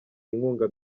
inkunga